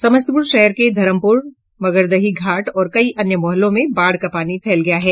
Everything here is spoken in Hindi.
समस्तीपुर शहर के धरमपुर मगरदही घाट और कई अन्य मोहल्लों में बाढ़ का पानी फैल गया है